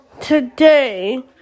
today